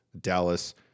dallas